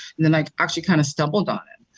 and and i actually kind of stumbled on it.